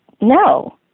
no